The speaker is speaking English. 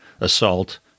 assault